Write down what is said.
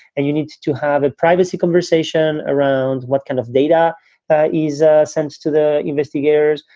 and you need to have a privacy conversation around what kind of data is ah sent to the investigators.